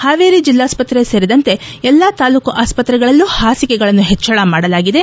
ಹಾವೇರಿ ಜಿಲ್ಲಾಸ್ಪತ್ತೆ ಸೇರಿದಂತೆ ಎಲ್ಲಾ ತಾಲ್ಲೂಕು ಆಸ್ಪತ್ರೆಗಳಲ್ಲೂ ಹಾಸಿಗೆಗಳನ್ನು ಹೆಚ್ಚಳ ಮಾಡಲಾಗಿದೆ